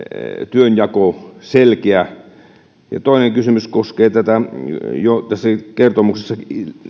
työnjako selkeä toinen kysymys koskee jo tässä kertomuksessa